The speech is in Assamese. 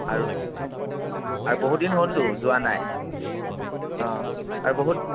আৰু আৰু বহুদিন হ'লতো যোৱা নাই অঁ আৰু বহুত